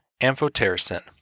amphotericin